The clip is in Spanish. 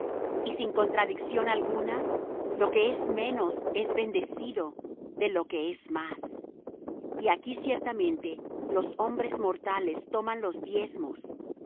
y sin contradicción alguna lo que es menos es bendecido de lo que es más y aquí ciertamente los hombres mortales toman los diezmos